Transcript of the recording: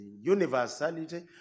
universality